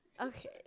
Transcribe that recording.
Okay